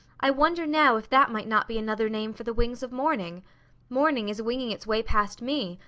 i wonder now if that might not be another name for the wings of morning morning is winging its way past me,